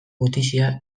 gutizia